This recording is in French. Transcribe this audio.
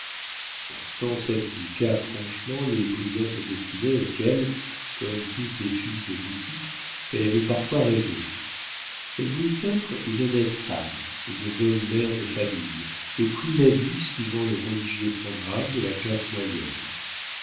constance abdiqua franchement les brillantes destinées auxquelles comme toutes les filles de boutique elle avait parfois rêvé elle voulut être une honnête femme une bonne mère de famille et prit la vie suivant le religieux programme de la classe moyenne